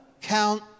count